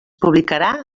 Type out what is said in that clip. publicarà